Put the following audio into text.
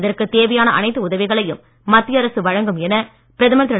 இதற்கு தேவையான அனைத்து உதவிகளையும் மத்திய அரசு வழங்கும் என பிரதமர் திரு